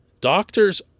Doctors